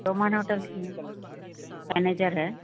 Romana hotel کی manager ہے